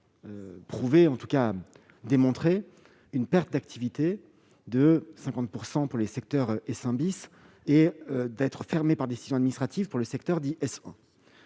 sous réserve de pouvoir démontrer une perte d'activité de 50 % pour les secteurs S1 et d'être fermé par décision administrative pour le secteur S1.